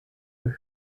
eux